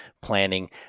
planning